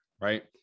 Right